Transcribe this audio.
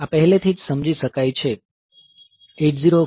આ પહેલેથી જ સમજી શકાય છે